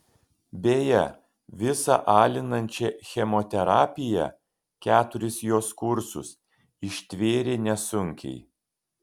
beje visą alinančią chemoterapiją keturis jos kursus ištvėrė nesunkiai